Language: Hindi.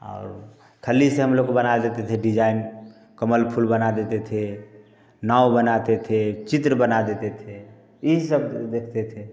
और खाली से हम लोग को बना देते थे डिजाइन कमल फूल बना देते थे नाव बनाते थे चित्र बना देते थे ये सब देखते थे